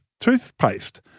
toothpaste